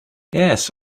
yes